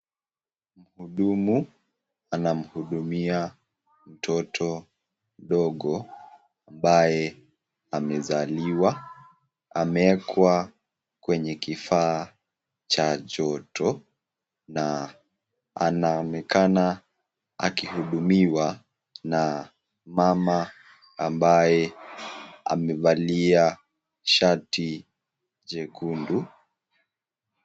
Mhudumu anamhudumia mtoto mdogo ambaye amezaliwa, amewekwa kwenye kifaa cha joto na anaonekana akihudumiwa na mama ambaye amevalia shati jekundu.